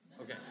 Okay